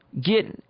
get